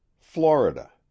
florida